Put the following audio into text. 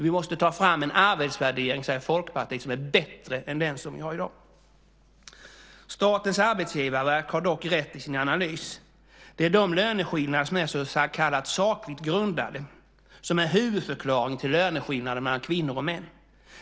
Vi måste ta fram en arbetsvärdering, säger Folkpartiet, som är bättre än den som vi har i dag. Arbetsgivarverket har dock rätt i sin analys. Det är de löneskillnader som är så kallat sakligt grundade som är huvudförklaringen till löneskillnaderna mellan kvinnor och män.